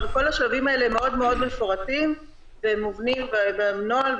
כל השלבים האלה הם מאוד-מאוד מפורטים ומובנים בנוהל.